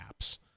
apps